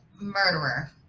murderer